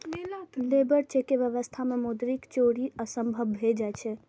labour check के व्यवस्था मे मौद्रिक चोरी असंभव भए जाइ छै